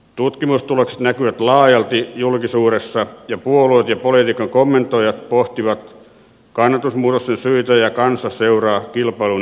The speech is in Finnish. tutkimustulokset näkyvät laajalti julkisuudessa ja puolueet ja politiikan kommentoijat pohtivat kannatusmuutosten syitä ja kansa seuraa kilpailun etenemistä